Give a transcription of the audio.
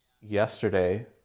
yesterday